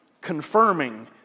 confirming